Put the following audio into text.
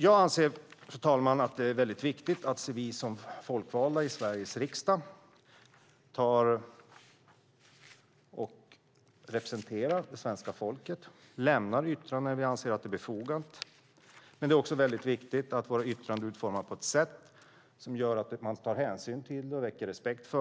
Jag anser, fru talman, att det är viktigt att vi folkvalda i Sveriges riksdag, som representerar svenska folket, lämnar yttranden när vi anser att det är befogat. Men det är också viktigt att våra yttranden är utformade så att man tar hänsyn till dem och de väcker respekt.